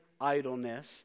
idleness